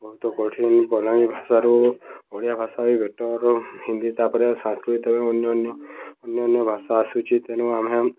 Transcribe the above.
ବହୁତ କଠିନ ବଙ୍ଗାଳୀ ଭାଷାରୁ ଓଡ଼ିଆ ଭାଷା ବି ବେଟର୍ ହିନ୍ଦୀ ତା'ପରେ ସାଂସ୍କୃତ ଅନ୍ୟାନ୍ୟ ଅନ୍ୟାନ୍ୟ ଭାଷା ଆସୁଛି ତେଣୁ ଆମେ